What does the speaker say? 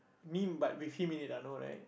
meme but with him in it ah no right